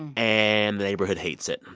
and the neighborhood hates it.